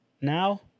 now